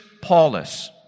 Paulus